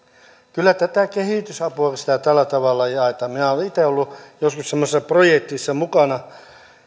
kyllä tätä kehitysapua kun sitä tällä tavalla jaetaan minä olen itse ollut joskus semmoisessa projektissa mukana